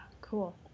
cool